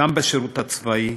גם בשירות הצבאי,